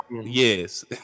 yes